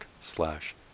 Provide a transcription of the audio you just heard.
slash